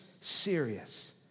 serious